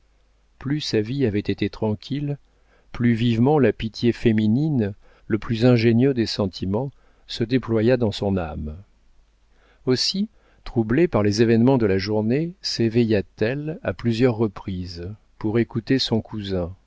plus sa vie avait été tranquille plus vivement la pitié féminine le plus ingénieux des sentiments se déploya dans son âme aussi troublée par les événements de la journée séveilla t elle à plusieurs reprises pour écouter son cousin